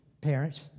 parents